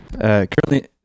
Currently